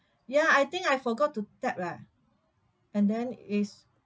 ya I think I forgot to tap leh and then is